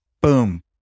Boom